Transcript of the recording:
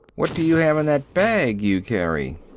what do you have in that bag you carry?